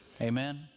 Amen